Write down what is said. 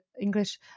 English